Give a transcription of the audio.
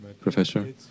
Professor